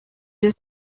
deux